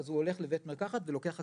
הוא הולך לבית מרקחת ולוקח אקמול.